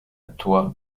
toi